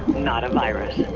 not a virus,